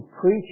preach